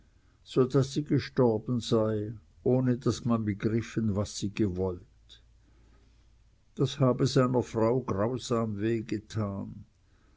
so daß sie gestorben sei ohne daß man begriffen was sie gewollt das habe seiner frau grausam